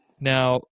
Now